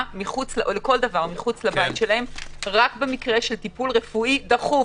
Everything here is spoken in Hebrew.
מחוץ לבית שלהם רק במקרה של טיפול רפואי דחוף.